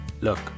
Look